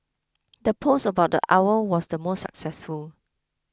the post about the owl was the most successful